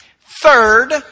Third